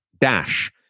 dash